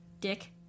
Dick